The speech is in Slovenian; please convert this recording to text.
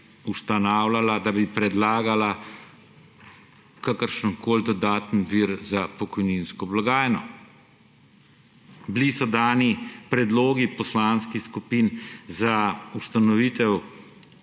ustanavljala, da bi predlagala kakršenkoli dodaten vir za pokojninsko blagajno. Bili so dani predlogi poslanskih skupin za ustanovitev